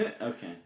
Okay